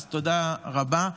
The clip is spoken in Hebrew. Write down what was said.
אז תודה רבה.